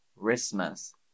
christmas